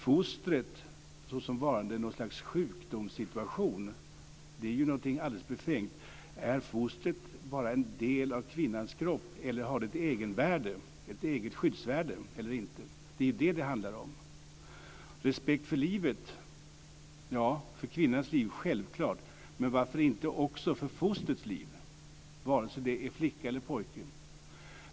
Detta med fostret som något slags sjukdomssituation är ju alldeles befängt. Är fostret bara en del av kvinnans kropp eller har det ett egenvärde? Har det ett eget skyddsvärde eller inte? Det är vad det handlar om. Respekt för livet, för kvinnans liv, är självklart. Men varför inte också för fostrets liv, vare sig det är en flicka eller en pojke?